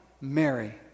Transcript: Mary